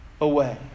away